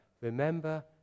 remember